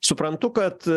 suprantu kad